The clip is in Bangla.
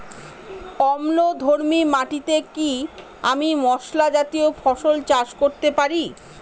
অম্লধর্মী মাটিতে কি আমি মশলা জাতীয় ফসল চাষ করতে পারি?